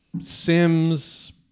Sims